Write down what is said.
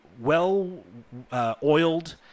well-oiled